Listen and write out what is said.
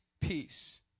peace